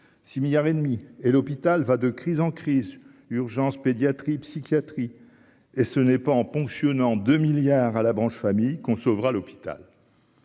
6 milliards et demi et l'hôpital va de crise en crise urgences pédiatrie psychiatrie et ce n'est pas en ponctionnant 2 milliards à la branche famille qu'on sauvera l'hôpital.